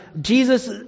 Jesus